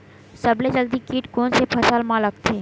सबले जल्दी कीट कोन से फसल मा लगथे?